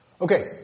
Okay